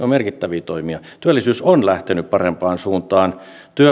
merkittäviä toimia työllisyys on lähtenyt parempaan suuntaan